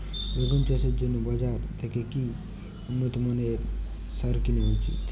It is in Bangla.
বেগুন চাষের জন্য বাজার থেকে কি উন্নত মানের সার কিনা উচিৎ?